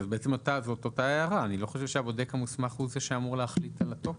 אני לא חושב שהבודק המוסמך הוא זה שאמור להחליט על התוקף.